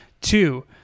Two